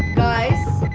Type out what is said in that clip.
guys,